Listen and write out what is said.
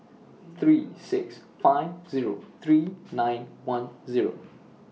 three six five Zero three nine one Zero